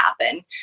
happen